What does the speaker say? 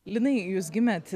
linai jūs gimėt